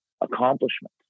accomplishment